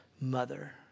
mother